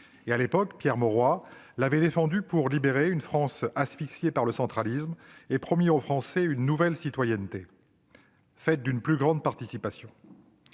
du siècle ». Pierre Mauroy l'avait défendue pour libérer une « France asphyxiée par le centralisme », promettant aux Français une « nouvelle citoyenneté » faite d'une plus grande participation.